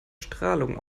strahlung